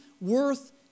worth